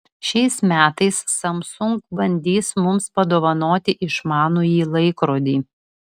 šiais metais samsung bandys mums padovanoti išmanųjį laikrodį